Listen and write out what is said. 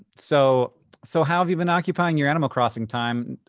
so so have you been occupying your animal crossing time?